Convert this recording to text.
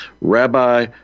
Rabbi